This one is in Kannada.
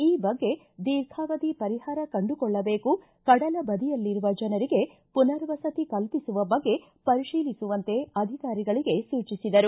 ಈ ಬಗ್ಗೆ ದೀರ್ಘಾವಧಿ ಪರಿಹಾರ ಕಂಡುಕೊಳ್ಳಬೇಕು ಕಡಲ ಬದಿಯಲ್ಲಿರುವ ಜನರಿಗೆ ಪುನರ್ವಸತಿ ಕಲ್ಪಿಸುವ ಬಗ್ಗೆ ಪರಿಶೀಲಿಸುವಂತೆ ಅಧಿಕಾರಿಗಳಿಗೆ ಸೂಚಿಸಿದರು